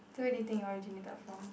so where do you think it originated from